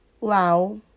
Lau